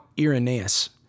Irenaeus